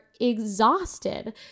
exhausted